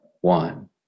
one